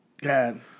God